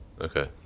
Okay